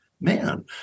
man